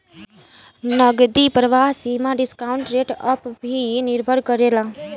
नगदी प्रवाह सीमा डिस्काउंट रेट पअ भी निर्भर करेला